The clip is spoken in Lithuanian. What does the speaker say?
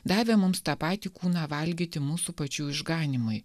davė mums tą patį kūną valgyti mūsų pačių išganymui